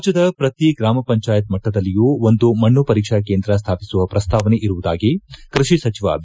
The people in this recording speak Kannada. ರಾಜ್ಯದ ಪ್ರತಿ ಗ್ರಾಮ ಪಂಚಾಯತ್ ಮಟ್ಟದಲ್ಲಿಯೂ ಒಂದು ಮಣ್ಣು ಪರೀಕ್ಷಾ ಕೇಂದ್ರ ಸ್ಟಾಪಿಸುವ ಪ್ರಸ್ತಾವನೆ ಇರುವುದಾಗಿ ಕೃಷಿ ಸಚಿವ ಬಿ